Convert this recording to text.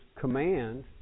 command